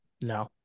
No